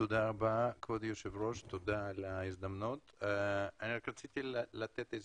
תודה רבה על ההזדמנות להופיע כאן.